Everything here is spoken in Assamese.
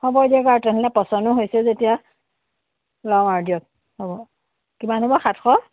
হ'ব দিয়ক আৰু তেনেহ'লে পচন্দো হৈছে যেতিয়া লওঁ আৰু দিয়ক হ'ব কিমান হ'ব সাতশ